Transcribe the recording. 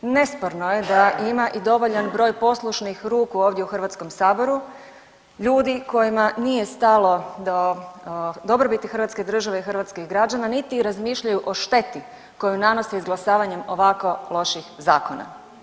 Nesporno je da ima i dovoljan broj poslušnih ruku ovdje u Hrvatskom saboru, ljudi kojima nije stalo do dobrobiti Hrvatske države i hrvatskih građana niti razmišljaju o šteti koju nanose izglasavanjem ovako loših zakona.